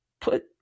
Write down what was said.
put